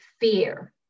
fear